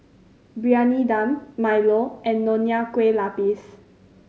Briyani Dum milo and Nonya Kueh Lapis